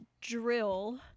drill